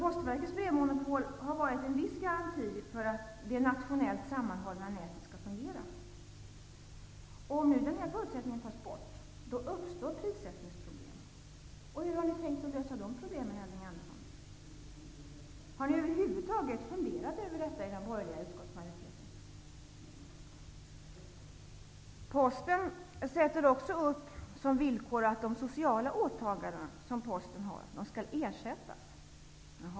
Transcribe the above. Postverkets brevmonopol har varit en viss garanti för att det nationellt sammanhållna nätet skall fungera. Om nu denna förutsättning tas bort uppstår prissättningsproblem. Hur har ni tänkt lösa de problemen, Elving Andersson? Har ni över huvud taget funderat över detta i den borgerliga utskottsmajoriteten? Posten sätter också upp som villkor att de sociala åtaganden som Posten har skall ersättas. Jaha.